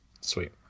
Sweet